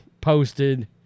posted